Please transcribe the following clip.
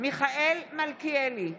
מיכאל מלכיאלי,